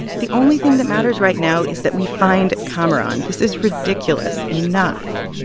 the only thing that matters right now is that we find kamaran. this is ridiculous enough.